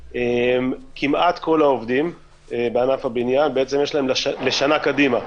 כמעט לכל העובדים בענף הבניין יש לשנה קדימה,